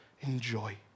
enjoy